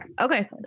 okay